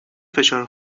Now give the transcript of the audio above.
فشار